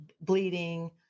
bleeding